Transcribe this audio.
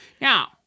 Now